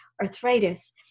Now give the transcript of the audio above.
arthritis